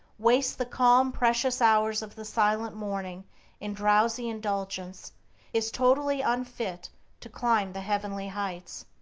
wastes the calm, precious hours of the silent morning in drowsy indulgence is totally unfit to climb the heavenly heights.